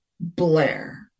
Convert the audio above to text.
Blair